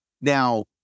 Now